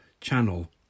channel